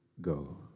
go